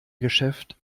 geschäft